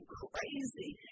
crazy